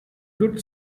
good